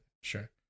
sure